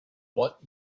what